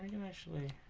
gonna sleep?